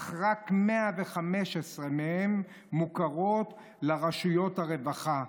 אך רק 11% מהן מוכרות לרשויות הרווחה.